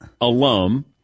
Alum